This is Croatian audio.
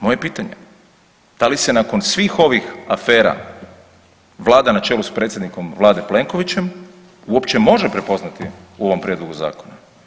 Moje pitanje, da li se nakon svih ovih afera Vlada na čelu s predsjednikom Vlade Plenkovićem uopće može prepoznati u ovom Prijedlogu zakona?